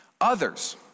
others